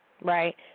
Right